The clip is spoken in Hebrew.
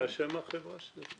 מה שם החברה שלכם?